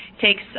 takes